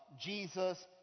Jesus